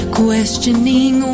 questioning